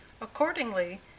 Accordingly